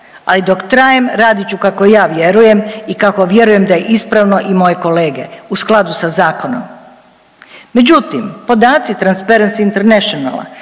ali dok trajem radit ću kako ja vjerujem i kako vjerujem da je ispravno i moje kolege u skladu sa zakonom. Međutim, podaci Transparency Internationala